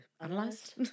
analyzed